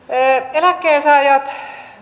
eläkkeensaajat